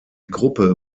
gruppe